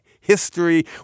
history